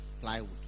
plywood